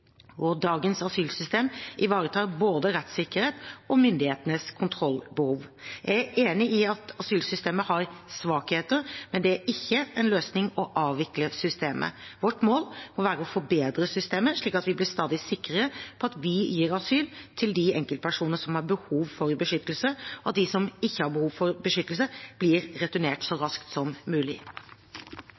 og dagens asylsystem ivaretar både rettssikkerhet og myndighetenes kontrollbehov. Jeg er enig i at asylsystemet har svakheter, men det er ikke en løsning å avvikle systemet. Vårt mål må være å forbedre systemet, slik at vi blir stadig sikrere på at vi gir asyl til de enkeltpersoner som har behov for beskyttelse, og at de som ikke har behov for beskyttelse, blir returnert så raskt som mulig.